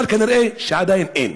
אבל כנראה עדיין אין.